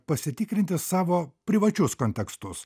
pasitikrinti savo privačius kontekstus